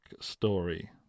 story